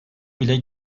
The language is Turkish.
bile